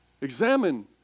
Examine